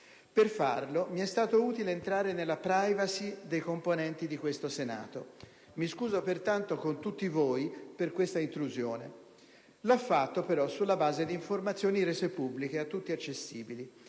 Per farlo, mi è stato utile entrare nella *privacy* dei componenti di questo Senato, per cui mi scuso con tutti voi, colleghi, per questa intrusione. L'ho fatto, però, sulla base di informazioni rese pubbliche e accessibili